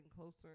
closer